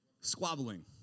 Squabbling